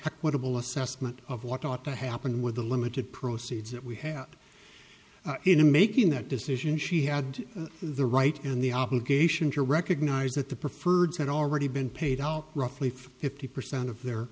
equitable assessment of what ought to happen with the limited proceeds that we had in making that decision she had the right and the obligation to recognize that the preferred had already been paid out roughly fifty percent of their